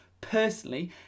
Personally